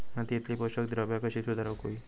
मातीयेतली पोषकद्रव्या कशी सुधारुक होई?